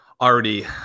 already